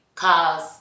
cause